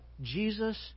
Jesus